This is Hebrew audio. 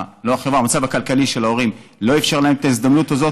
המצב הכלכלי של ההורים לא אפשר להם את ההזדמנות הזאת.